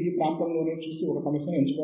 ఇంకా అందుబాటులోకి రాలేదు